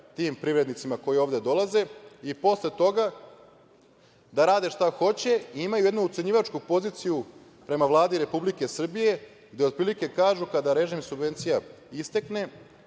tim privrednicima koji ovde dolaze i posle toga da rade šta hoće i imaju jednu ucenjivačku poziciju prema Vladi Republike Srbije, gde otprilike kažu kada režim subvencija istekne,